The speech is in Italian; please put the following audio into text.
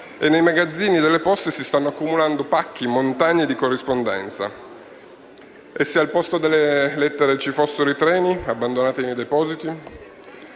e nei magazzini si stanno accumulando pacchi, montagne di corrispondenza. E se al posto delle lettere ci fossero i treni abbandonati nei depositi?